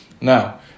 Now